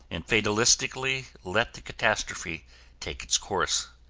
and fatalistically let the catastrophe take its course.